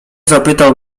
zapytał